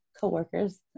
coworkers